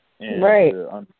Right